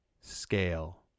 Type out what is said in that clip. scale